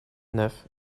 neuf